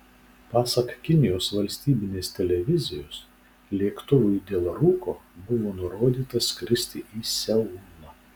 pasak kinijos valstybinės televizijos lėktuvui dėl rūko buvo nurodyta skristi į seulą